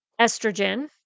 Estrogen